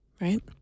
right